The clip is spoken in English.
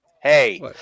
hey